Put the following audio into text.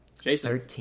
Jason